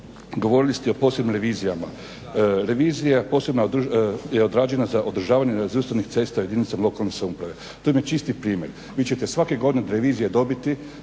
govorili ste o posebnim revizijama. Revizija je odrađena za održavanje razvrstanih cesta jedinica lokalne samouprave, to je čisti primjer. Vi ćete svake godine od revizije dobiti